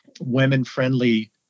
women-friendly